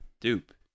Dupe